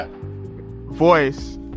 voice